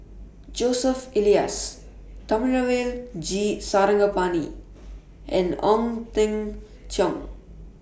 Joseph Elias Thamizhavel G Sarangapani and Ong Teng Cheong